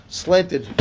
slanted